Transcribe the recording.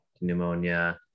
pneumonia